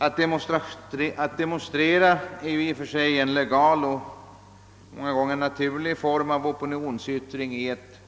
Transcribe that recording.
Att demonstrera är i och för sig en legal och många gånger naturlig form av opinionsyttring i ett